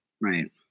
Right